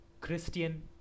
Christian